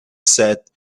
sat